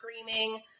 screaming